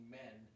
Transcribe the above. men